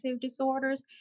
disorders